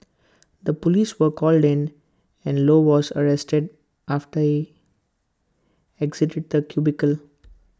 the Police were called in and low was arrested after he exited the cubicle